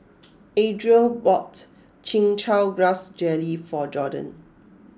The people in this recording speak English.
Adriel bought Chin Chow Grass Jelly for Jorden